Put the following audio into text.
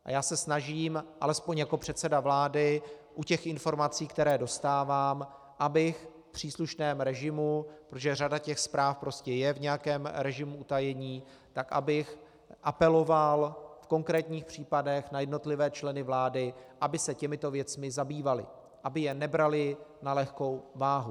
A já se snažím alespoň jako předseda vlády u těch informací, které dostávám, abych v příslušném režimu protože řada těch zpráv prostě je v nějakém režimu utajení abych apeloval v konkrétních případech na jednotlivé členy vlády, aby se těmito věcmi zabývali, aby je nebrali na lehkou váhu.